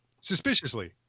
Suspiciously